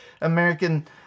American